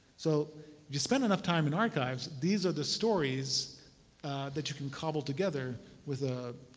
so you spend enough time in archives, these are the stories that you can cobble together with a